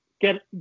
get